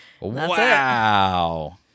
Wow